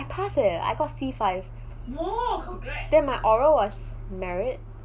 I pass eh I got C five more then my oral was merit